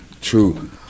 true